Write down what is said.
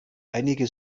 einige